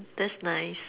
that's nice